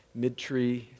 Midtree